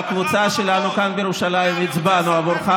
אני והקבוצה שלנו כאן בירושלים הצבענו עבורך,